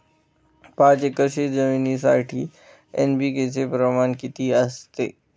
पाच एकर शेतजमिनीसाठी एन.पी.के चे प्रमाण किती असते?